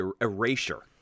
erasure